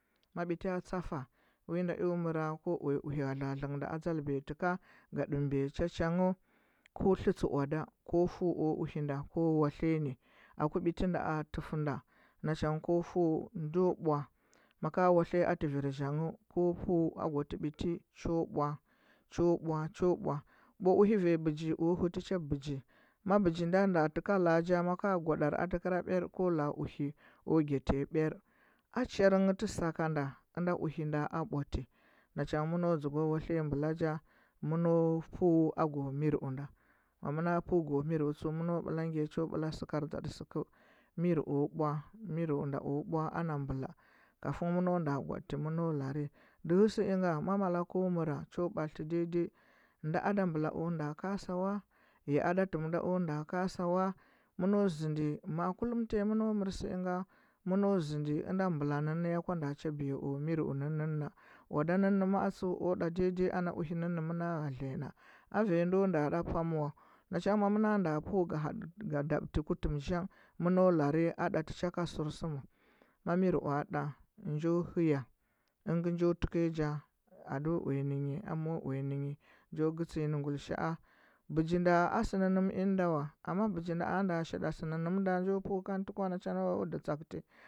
Ma biti tsafa man da mae o mɚra ko uya uhe hadle haedle ngɚ nda ad tal biyati ka ga ɗimbiya chachang bɚ tlitsɚ owoɗa ko fɚu o uhe nda ko watliya nɚ aku biti ndaa hifeu nda na cha ngɚ ko feu nda ɓwa mako watliya ti vir zangh ko feu a gwalɚ biti cho bwa cho bwa cho bwa, bwa uhe vi pichi o hɚti cha bigi ma bigi nda nda tɚ ka la a maka gwaɗrɚ atekɚra ɓwir kwa gi hɚ yaa bwir a chir ngɚ tɚ sakanda ɚnda uhe nda a bwa tɚ na cha ngɚ mɚno dȝugga wathliy nbula ja mɚno pɚu agu miro ndo ma mɚna peu gu miro tseu mɚno gyɚ nyi cha ɓɚla sɚkarɚ dsaɚ sɚku miro bwa niro nda o bwa ana ɓɚla kafin mɚno nda gwa antɚ mɚno larɚ dɚhɚ sɚ nga ma mala kɚu mɚra cho batlitɚ daidai adambula o nda kasa wa ya ada him nda o nda kasawa mɚno ȝɚndɚ ma kullum ngɚ mɚno mɚr sɚ nga mɚno zɚndɚ unda mbula ngɚ mɚno mɚr sɚ nga mɚno zɚndɚ unda mbula ngɚ ngɚ ya kwa ada cha biya a miro nɚnnɚ owoda nɚnnɚ ma a tsuɚ o ɗa dai dai ana whe nɚnnɚ ma a na lɚrale nɚ ya a vai ndo nda ɗa pam wa na cha ngɚ ma mɚ na nda pɚu ga dabtɚ ku tum zamgh mɚno larɚ aɗaticha ka sɚrsum ma mirou ɗa njo hɚya ɚngɚ nɗɚ tɚkɚya nja ndo wuya nɚ nyi amma wuya nɚ nyi njo gɚtsi nyi nɚ guilisha’a ɓɚginda a sɚ nɚnɚm innɚ da wa amma bɚgi nda a nda shi nda sɚ nɚnɚm nda njo pɚu kantu kwa o udɚ tsakti